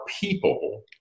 people